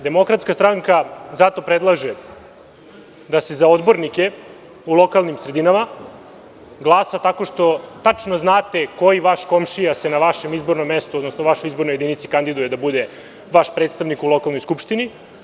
Demokratska stranka zato predlaže da se za odbornike u lokalnim sredinama glasa tako što tačno znate koji vaš komšija se na vašem izbornom mestu, odnosno, vašoj izbornoj jedinici kandiduje da bude vaš predstavnik u lokalnoj skupštini.